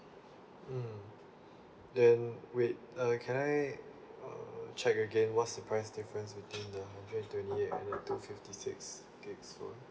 mm then wait err can I uh check again what's the price difference between the hundred and twenty eight and the two fifty six gigs phone